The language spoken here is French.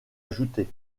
ajoutés